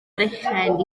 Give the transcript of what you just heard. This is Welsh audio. berchen